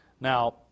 Now